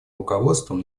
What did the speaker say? руководством